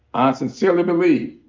i sincerely believe